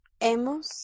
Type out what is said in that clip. Hemos